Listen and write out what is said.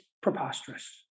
preposterous